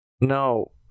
No